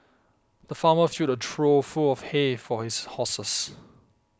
the farmer filled a trough full of hay for his horses